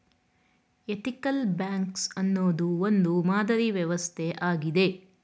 ethical banks ಅನ್ನೋದು ಒಂದು ಮಾದರಿ ವ್ಯವಸ್ಥೆ ಆಗಿದೆ